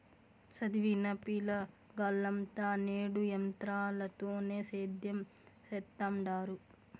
సదివిన పిలగాల్లంతా నేడు ఎంత్రాలతోనే సేద్యం సెత్తండారు